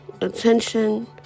attention